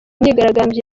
imyigaragambyo